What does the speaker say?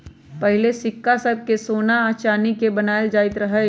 पहिले सिक्का सभ सोना आऽ चानी के बनाएल जाइत रहइ